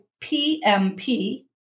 PMP